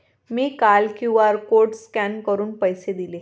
मी काल QR code scan करून पैसे दिले